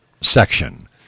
section